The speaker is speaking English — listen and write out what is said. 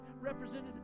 represented